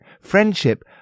Friendship